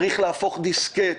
צריך להפוך דיסקט.